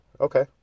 okay